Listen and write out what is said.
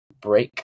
break